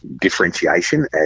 differentiation